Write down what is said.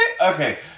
okay